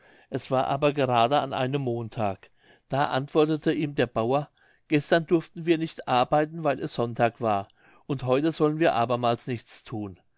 es war aber gerade an einem montag da antwortete ihm der bauer gestern durften wir nicht arbeiten weil es sonntag war und heute sollen wir abermals nichts thun